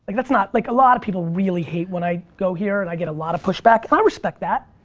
and that's not, like, a lot of people really hate when i go here, and i get a lot of push back, and i respect that,